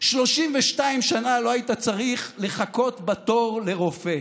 32 שנה לא היית צריך לחכות בתור לרופא.